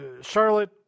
charlotte